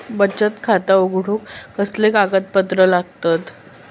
बचत खाता उघडूक कसले कागदपत्र लागतत?